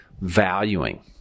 valuing